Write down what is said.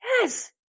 Yes